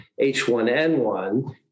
H1N1